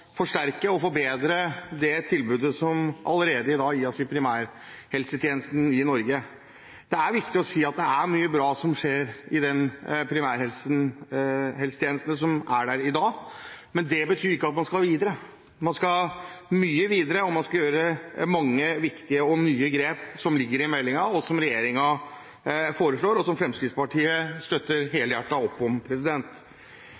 å si at det er mye bra som skjer i den primærhelsetjenesten som er der i dag, men det betyr ikke at man ikke skal videre. Man skal mye videre, og man skal gjøre mange viktige og nye grep som ligger i meldingen, som regjeringen foreslår, og som Fremskrittspartiet støtter helhjertet opp om.